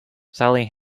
sally